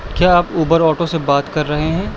کیا آپ Uber auto سے بات کر رہے ہیں